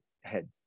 head